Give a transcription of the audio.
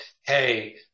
hey